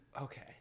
Okay